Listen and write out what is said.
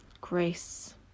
Grace